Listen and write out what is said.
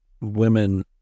women